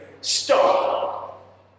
Stop